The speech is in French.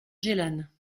gélannes